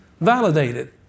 validated